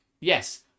Yes